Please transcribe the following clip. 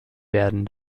werden